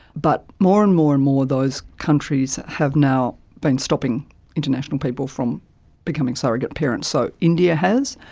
but more and more and more those countries have now been stopping international people from becoming surrogacy parents. so india has,